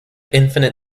infinite